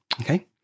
Okay